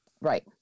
Right